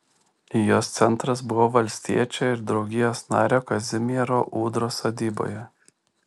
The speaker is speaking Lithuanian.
jos centras buvo valstiečio ir draugijos nario kazimiero ūdros sodyboje